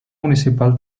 municipal